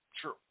true